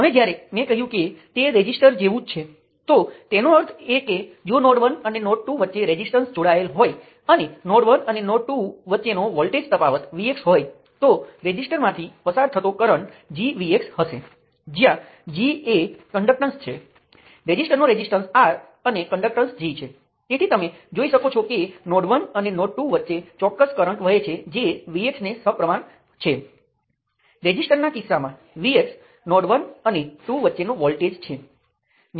તેથી લૂપ વિશ્લેષણના ચોક્કસ પ્રકારને જે જોવામાં આવશે તે માત્ર સર્કિટના એક ભાગને લાગુ પડે છે તે તમામ સર્કિટ પર સાર્વત્રિક રીતે લાગુ પડતું નથી અને તેને મેશ વિશ્લેષણ તરીકે ઓળખવામાં આવે છે